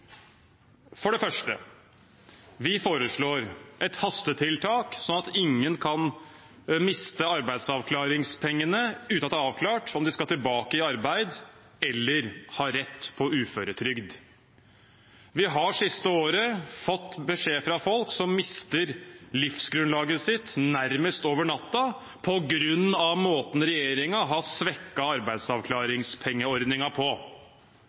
For det første: Vi foreslår et hastetiltak, slik at ingen kan miste arbeidsavklaringspengene uten at det er avklart om de skal tilbake i arbeid eller har rett på uføretrygd. Vi har det siste året fått beskjed fra folk som mister livsgrunnlaget sitt nærmest over natten på grunn av måten regjeringen har svekket arbeidsavklaringspengeordningen på.